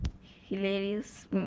hilarious